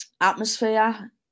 atmosphere